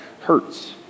hurts